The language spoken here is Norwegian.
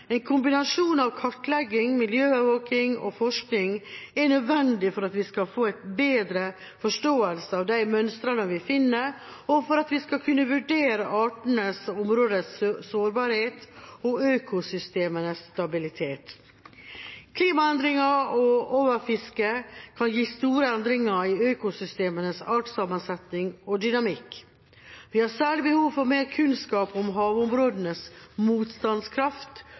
En kombinasjon av kartlegging, miljøovervåking og forskning er nødvendig for at vi skal få en bedre forståelse av de mønstrene vi finner, og for at vi skal kunne vurdere artenes og områdenes sårbarhet og økosystemenes stabilitet. Klimaendringer og overfiske kan gi store endringer i økosystemenes artssammensetning og dynamikk. Vi har særlig behov for mer kunnskap om havområdenes motstandskraft